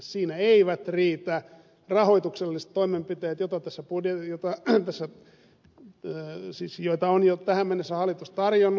siinä eivät riitä rahoitukselliset toimenpiteet ovat osa uuden jopa ääntä sai kun tää on siis joita on jo tähän mennessä hallitus tarjonnut